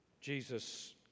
Jesus